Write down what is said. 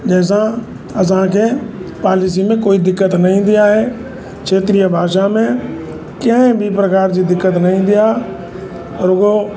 जंहिंसां असांखे पालिसी में कोई दिक़त न ईंदी आहे खेत्रीय भाषा में कंहिं बि प्रकार जी दिक़त न ईंदी आहे और उहो